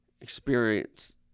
experience